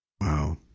Wow